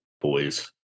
boys